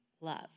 love